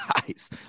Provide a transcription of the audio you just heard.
guys